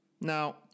Now